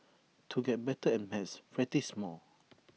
to get better at maths practise more